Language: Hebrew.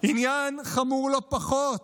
עניין חמור לא פחות